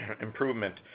improvement